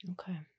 Okay